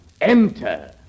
Enter